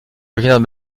originaire